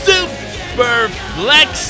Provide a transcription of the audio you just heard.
Superflex